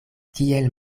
kiel